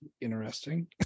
interesting